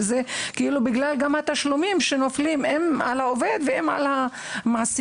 וזה קשור גם לתשלומים שנופלים הן על העובדת והן על המעסיק.